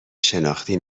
شناختی